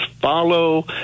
follow